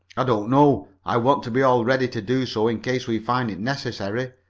i don't know. i want to be all ready to do so in case we find it necessary.